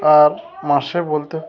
আর মাসে বলতে